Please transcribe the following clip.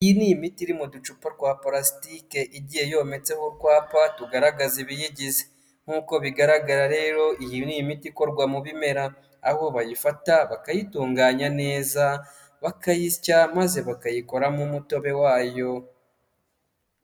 Iyi ni imiti iri mu ducupa twa polasitike igiye yometseho utwapa tugaragaza ibiyigize, nk'uko bigaragara rero iyi ni imiti ikorwa mu bimera. Aho bayifata bakayitunganya neza bakayisya maze bakayikoramo umutobe wayo.